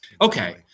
Okay